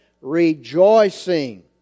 Rejoicing